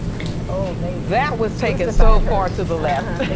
and oh they that was taken so far to the left.